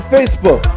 Facebook